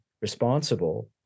responsible